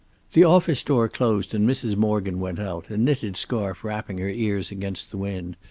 the office door closed and mrs. morgan went out, a knitted scarf wrapping her ears against the wind,